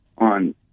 On